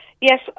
Yes